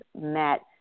met